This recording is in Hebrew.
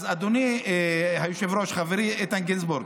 אדוני היושב-ראש, חברי איתן גינזבורג,